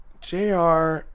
JR